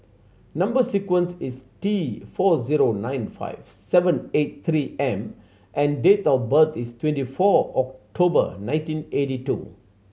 number sequence is T four zero nine five seven eight Three M and date of birth is twenty four October nineteen eighty two